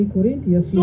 Corinthians